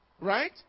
right